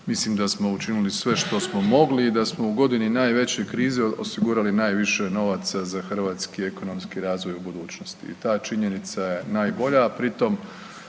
mislim da smo učinili sve što smo mogli i da smo u godini najveće krize osigurali najviše novaca za hrvatski ekonomski razvoj u budućnosti i za činjenica je najbolja,